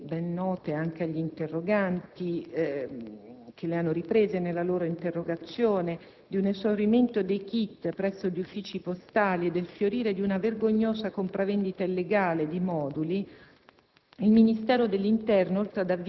A seguito della notizia, ben nota anche agli interroganti che l'hanno ripresa nella loro interrogazione, dell'esaurimento dei *kit* presso gli uffici postali e del fiorire di una vergognosa compravendita illegale di moduli,